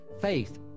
faith